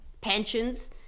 pensions